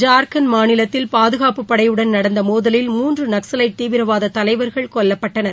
ஜார்க்கண்ட் மாநிலத்தில் பாதுகாப்புப் படையுடன் நடந்த மோதலில் மூன்று நக்ஸலைட் தீவிரவாத தலைவர்கள் கொல்லப்பட்டனர்